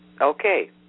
Okay